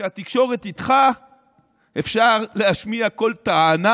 כשהתקשורת איתך אפשר להשמיע כל טענה,